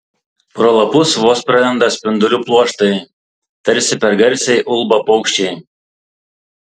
pro lapus vos pralenda spindulių pluoštai tarsi per garsiai ulba paukščiai